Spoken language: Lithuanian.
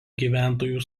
gyventojų